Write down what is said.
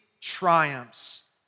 triumphs